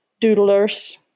doodlers